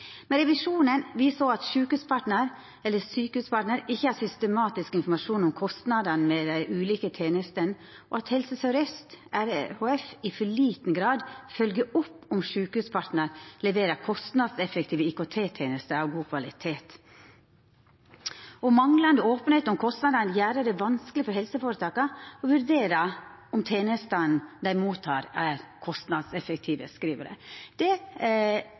Revisjonen viser òg at Sykehuspartner ikkje har systematisk informasjon om kostnadene ved dei ulike tenestene, og at Helse Sør-Øst RHF i for liten grad følgjer opp om Sykehuspartner leverer kostnadseffektive IKT-tenester av god kvalitet. Manglande openheit om kostnadene gjer det vanskeleg for helseføretaka å vurdera om tenestene dei mottek, er kostnadseffektive,